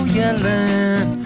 yelling